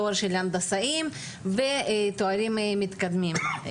תואר של הנדסאים ותארים מתקדמים,